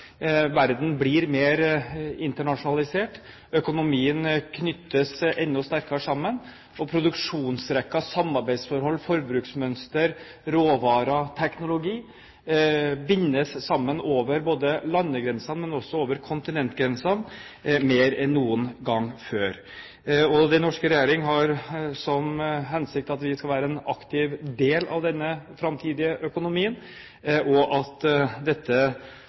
Verden blir mer internasjonalisert. Økonomien knyttes enda sterkere sammen. Produksjonsrekken, samarbeidsforhold, forbruksmønster, råvarer og teknologi bindes sammen både over landegrensene og over kontinentgrensene mer enn noen gang før. Den norske regjering har til hensikt å være en aktiv del av denne framtidige økonomien.